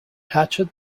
hatchet